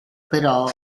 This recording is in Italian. però